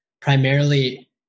primarily